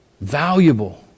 Valuable